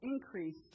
increased